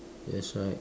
that's right